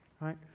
right